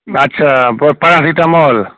अच्छा पारासिटामॉल